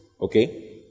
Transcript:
Okay